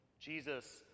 jesus